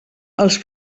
els